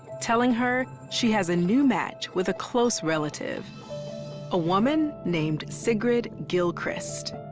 telling her she has a new match with a close relative a woman named sigrid gilchrist.